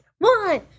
One